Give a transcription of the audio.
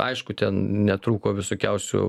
aišku ten netrūko visokiausių